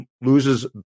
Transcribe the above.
loses